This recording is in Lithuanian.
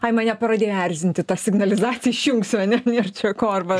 ai mane pradėjo erzinti ta signalizacija išjungsiu ane nėr čia ko arba